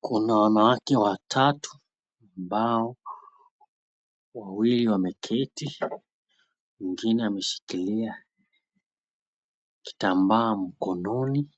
Kuna wanawake watatu ambao wawili wameketi, mwengine ameshikilia kitambaa mkononi.